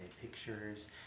pictures